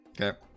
okay